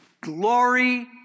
Glory